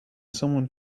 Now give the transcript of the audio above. someone